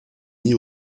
mis